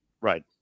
Right